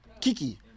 Kiki